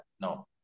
No